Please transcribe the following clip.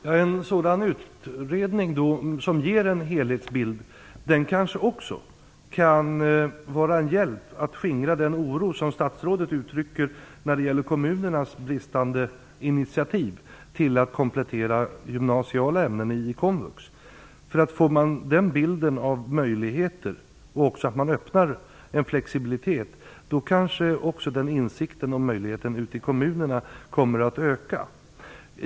Fru talman! En sådan utredning som ger en helhetsbild kan kanske också vara en hjälp till att skingra den oro som statsrådet uttrycker när det gäller kommunernas bristande initiativ till att komplettera gymnasiala ämnen inom komvux. Får man en överblick över möjligheterna och en flexibilitet, kanske också insikten om möjligheterna kommer att öka ute i kommunerna.